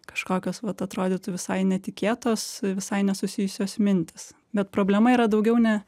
kažkokios vat atrodytų visai netikėtos visai nesusijusios mintys bet problema yra daugiau ne